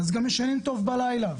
ישנים טוב בלילה.